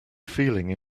feeling